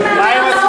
אנשים מהמלונאות,